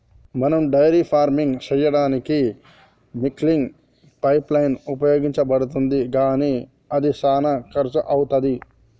మనం dairy farming సెయ్యదానికీ milking pipeline ఉపయోగించబడుతుంది కానీ అది శానా కర్శు అవుతది